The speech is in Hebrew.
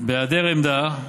בהיעדר עמדה,